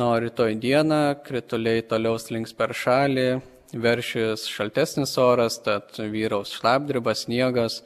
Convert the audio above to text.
na o rytoj dieną krituliai toliau slinks per šalį veršis šaltesnis oras tad vyraus šlapdriba sniegas